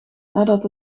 nadat